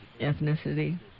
ethnicity